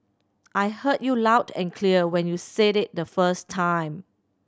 I heard you loud and clear when you said it the first time